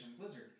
blizzard